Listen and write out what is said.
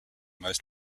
most